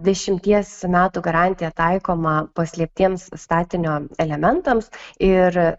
dešimties metų garantija taikoma paslėptiems statinio elementams ir